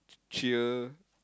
cheer